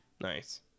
Nice